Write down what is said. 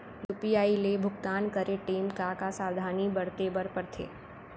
UPI ले भुगतान करे टेम का का सावधानी बरते बर परथे